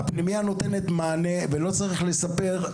הפנימיה נותנת מענה ולא צריך לספר,